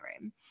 room